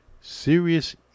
serious